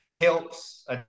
helps